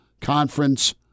conference